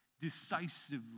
decisively